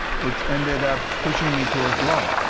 which ended up pushing me towards law